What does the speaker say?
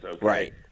Right